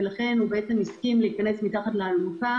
והוא בעצם הסכים להיכנס מתחת לאלונקה